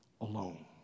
alone